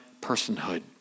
personhood